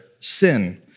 sin